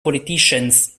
politicians